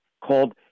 called